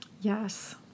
Yes